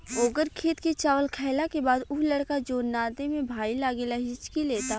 ओकर खेत के चावल खैला के बाद उ लड़का जोन नाते में भाई लागेला हिच्की लेता